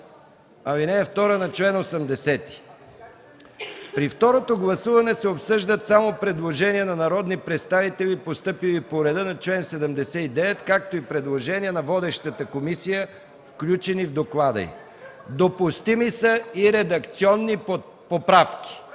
прочета ал. 2 на чл. 80: „При второто гласуване се обсъждат само предложения на народни представители, постъпили по реда на чл. 79, както и предложения на водещата комисия, включени в доклада й. Допустими са и редакционни поправки.”